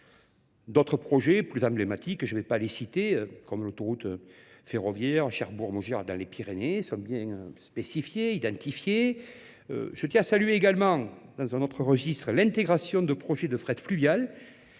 D'autres projets plus emblématiques, je ne vais pas les citer, comme l'autoroute ferroviaire Cherbourg-Mougeard dans les Pyrénées, sont bien spécifiés, identifiés. Je tiens à saluer également dans un autre registre l'intégration de projets de frette fluviale,